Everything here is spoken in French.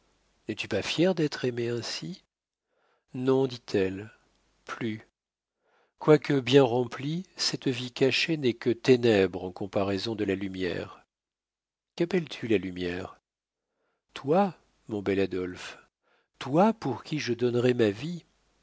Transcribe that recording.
n'es-tu pas fière d'être aimée ainsi non dit-elle plus quoique bien remplie cette vie cachée n'est que ténèbres en comparaison de la lumière quappelles tu la lumière toi mon bel adolphe toi pour qui je donnerais ma vie